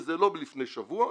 וזה לא לפני שבוע,